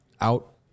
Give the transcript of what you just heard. out